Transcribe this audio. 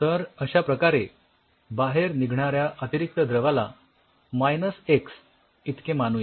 तर अश्याप्रकारे बाहेर निघणाऱ्या अतिरिक्त द्रवाला मायनस एक्स इतके मानूया